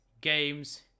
games